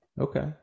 Okay